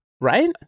Right